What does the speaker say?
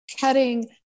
cutting